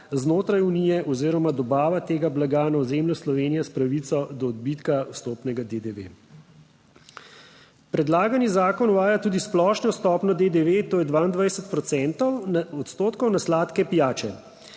znotraj unije oziroma dobava tega blaga na ozemlju Slovenije s pravico do odbitka vstopnega DDV. Predlagani zakon uvaja tudi splošno stopnjo DDV, to je 22 odstotkov na slad pijače.